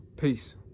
Peace